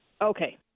Okay